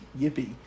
yippee